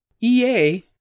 EA